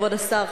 כבוד השר,